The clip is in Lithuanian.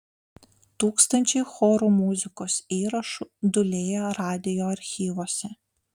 tūkstančiai chorų muzikos įrašų dūlėja radijo archyvuose